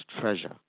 treasure